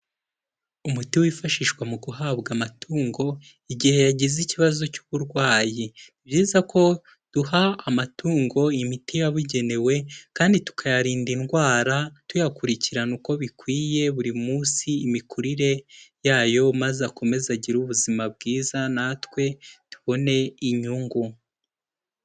Umuti wifashishwa mu guhabwa amatungo igihe yagize ikibazo cy'uburwayi, ni byiza ko duha amatungo imiti yabugenewe kandi tukayarinda indwara, tuyakurikirana uko bikwiye buri munsi imikurire yayo maze akomeze agire ubuzima bwiza natwe tubone inyungu.